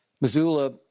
Missoula